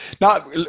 now